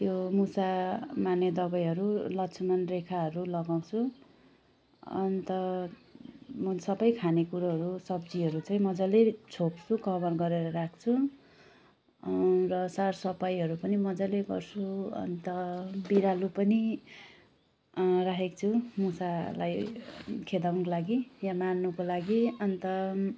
त्यो मुसा मार्ने दबाईहरू लक्ष्मण रेखाहरू लगाउँछु अन्त मैले सबै खानेकुरोहरू सब्जीहरू चाहिँ मजाले छोप्छु कभर गरेर राख्छु र सार सफाइहरू पनि मजाले गर्छु अन्त बिरालो पनि राखेको छु मुसालाई खेदाउनुको लागि या मार्नुको लागि अन्त